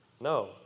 no